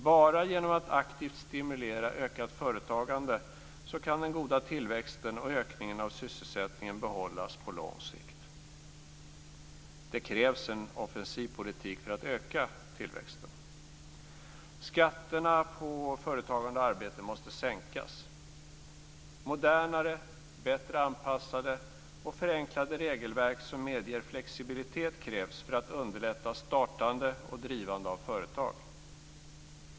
Bara genom att aktivt stimulera ökat företagande kan den goda tillväxten och ökningen av sysselsättningen behållas på lång sikt. Det krävs en offensiv politik för att öka tillväxten. Skatterna på företagande och arbete måste sänkas. Modernare, bättre anpassade och förenklade regelverk som medger flexibilitet krävs för att underlätta startande och drivande av företag.